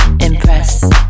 Impress